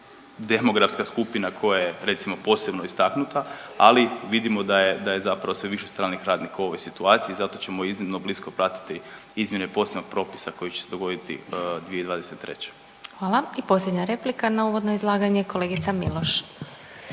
demografska skupina koja je recimo posebno istaknuta, ali vidimo da je, da je zapravo sve više stranih radnika u ovoj situacija, zato ćemo iznimno blisko pratiti izmjene posebnog propisa koji će se dogoditi 2023.. **Glasovac, Sabina (SDP)** Hvala. I posljednja replika na uvodno izlaganje, kolegica Miloš.